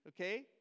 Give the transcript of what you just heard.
okay